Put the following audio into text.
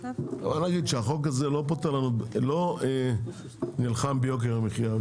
צריך להגיד שהחוק הזה לא נלחם ביוקר המחיה.